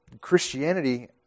Christianity